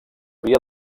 via